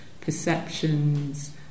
perceptions